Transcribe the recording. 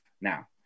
now